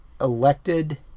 elected